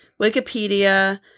Wikipedia